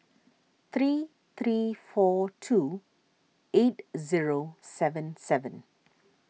three three four two eight zero seven seven